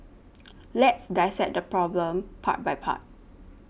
let's dissect this problem part by part